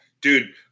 Dude